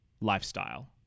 lifestyle